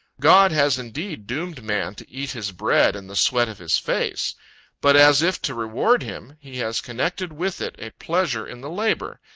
god has indeed doomed man to eat his bread in the sweat of his face but as if to reward him, he has connected with it a pleasure in the labor,